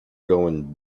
going